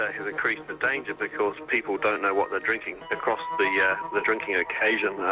ah has increased the danger because people don't know what they're drinking. across the yeah the drinking occasion,